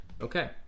Okay